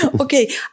Okay